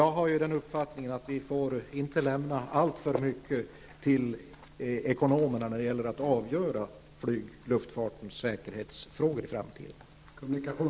Jag har uppfattningen att vi inte får lämna alltför mycket till ekonomerna när det gäller att avgöra frågorna om luftfartens säkerhet i framtiden.